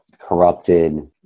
corrupted